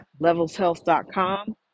levelshealth.com